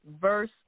Verse